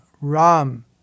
Ram